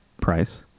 price